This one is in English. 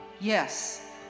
Yes